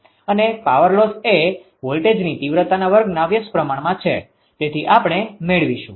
અને power loss એ વોલ્ટેજની તીવ્રતાના વર્ગના વ્યસ્ત પ્રમાણમાં છે તેથી આપણે મેળવીશું